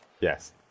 Yes